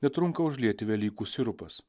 netrunka užlieti velykų sirupas